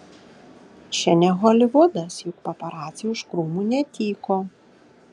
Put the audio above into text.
čia ne holivudas juk paparaciai už krūmų netyko